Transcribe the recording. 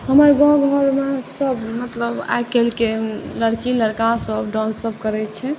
हमर गाँवघरमे सब मतलब आइकाल्हिके लड़की लड़कासब डान्स सब करै छै